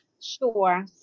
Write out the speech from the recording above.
Sure